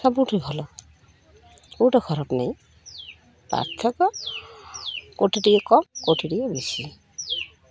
ସବୁଠି ଭଲ କେଉଁଟା ଖରାପ ନାହିଁ ପାର୍ଥକ୍ୟ କେଉଁଠି ଟିକେ କମ୍ କେଉଁଠି ଟିକେ ବେଶୀ